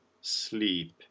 sleep